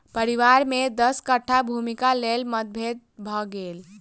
परिवार में दस कट्ठा भूमिक लेल मतभेद भ गेल